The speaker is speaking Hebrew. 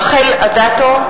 רחל אדטו,